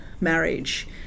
marriage